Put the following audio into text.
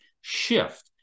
shift